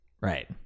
Right